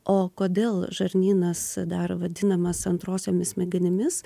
o kodėl žarnynas dar vadinamas antrosiomis smegenimis